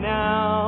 now